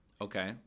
Okay